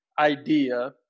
idea